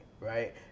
Right